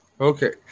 Okay